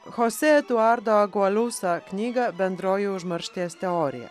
chosė eduardo agualusa knygą bendroji užmaršties teorija